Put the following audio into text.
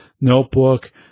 notebook